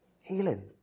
healing